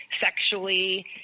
sexually